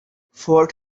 fort